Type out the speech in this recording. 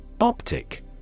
Optic